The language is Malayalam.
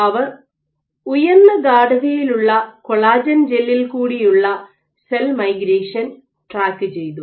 അവർ ഉയർന്ന ഗാഢതയിലുള്ള കൊളാജൻ ജെല്ലിൽ കൂടിയുള്ള സെൽ മൈഗ്രേഷൻ ട്രാക്ക് ചെയ്തു